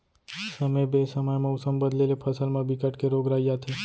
समे बेसमय मउसम बदले ले फसल म बिकट के रोग राई आथे